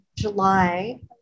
July